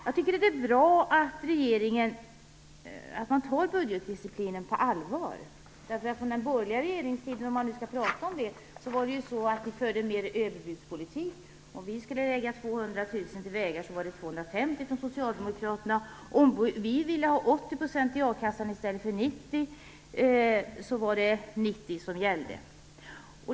Jag tycker att det är bra att regeringen tar budgetdisciplinen på allvar. Under den borgerliga regeringstiden förde ni en överbudspolitik. Om vi ville lägga 250 000 kr. Om vi ville ha 80 % i a-kassan, ville socialdemokraterna ha 90 %.